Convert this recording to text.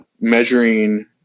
measuring